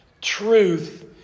truth